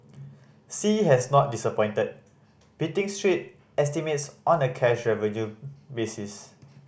sea has not disappointed beating street estimates on a cash revenue basis